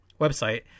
website